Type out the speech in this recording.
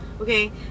okay